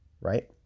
right